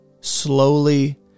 slowly